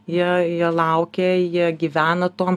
jie jie laukia jie gyvena tuom